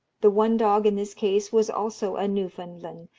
the one dog in this case was also a newfoundland,